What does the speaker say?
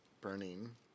burning